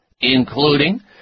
including